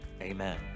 Amen